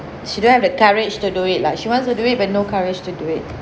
she don't have the courage to do it lah she wants to do it but no courage to do it